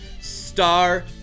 star